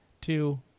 two